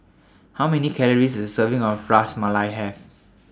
How Many Calories Does A Serving of Ras Malai Have